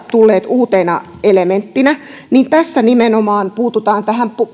tulleet uutena elementtinä niin tässä nimenomaan puututaan tähän